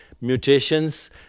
mutations